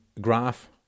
graph